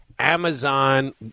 Amazon